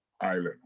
island